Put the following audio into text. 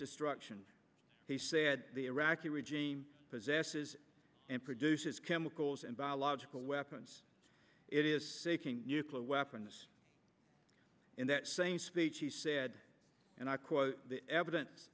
destruction he said the iraqi regime possesses and produces chemicals and biological weapons it is seeking nuclear weapons in that same speech he said and i quote the evidence